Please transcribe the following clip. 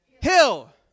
hill